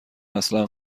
اصلا